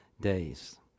days